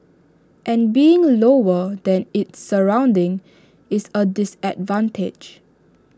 and being lower than its surroundings is A disadvantage